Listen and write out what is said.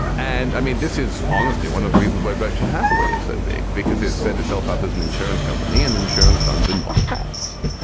and i mean, this is honestly one of the reasons why berkshire hathaway is so big, because it set itself up as an insurance company and insurance funds are not taxed.